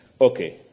Okay